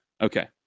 Okay